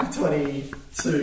22